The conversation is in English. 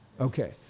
okay